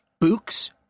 Books